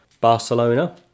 Barcelona